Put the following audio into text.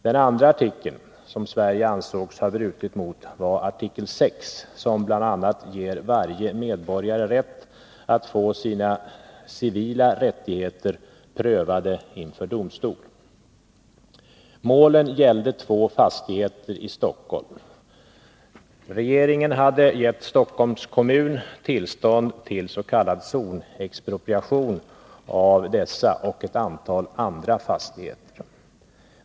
Den andra artikeln som Sverige ansågs ha brutit mot var artikel 6, som bl.a. ger varje medborgare rätt att få sina ”civila rättigheter” prövade inför domstol. Målen gällde två fastigheter i Stockholm. Regeringen hade gett Stockholms kommun tillstånd till s.k. zonexpropriation av dessa och ett antal andra fastigheter.